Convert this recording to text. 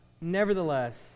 nevertheless